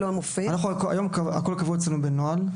הכל קבוע אצלנו בנוהל.